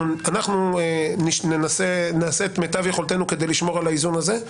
אנחנו נעשה את מיטב יכולתנו כדי לשמור על האיזון הזה,